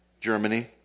Germany